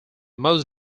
most